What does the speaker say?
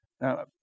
Now